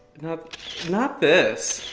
not not this.